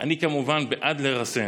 אני, כמובן, בעד לרסן.